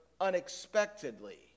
unexpectedly